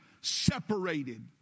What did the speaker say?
separated